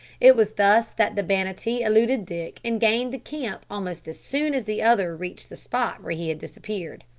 it was thus that the banattee eluded dick and gained the camp almost as soon as the other reached the spot where he had disappeared.